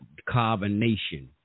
carbonation